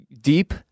deep